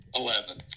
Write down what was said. Eleven